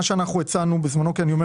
מה שאנחנו הצענו בזמנו לשר - ואני אומר